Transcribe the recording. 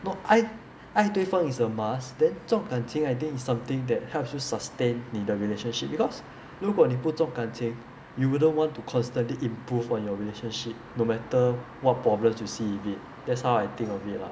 no 爱爱对方 is a must then 重感情 I think is something that helps you sustain 你的 relationship because 如果你不重感情 you wouldn't want to constantly improve on your relationship no matter what problems you see with it that's how I think of it lah